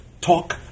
talk